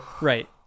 Right